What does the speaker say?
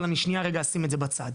אבל אני שנייה רגע אשים את זה בצד.